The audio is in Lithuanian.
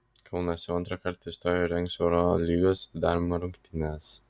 kaunas jau antrą kartą istorijoje rengs eurolygos atidarymo rungtynes